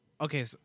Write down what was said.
Okay